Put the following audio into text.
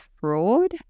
fraud